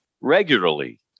regularly